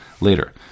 later